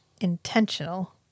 intentional